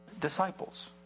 disciples